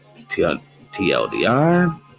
TLDR